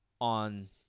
on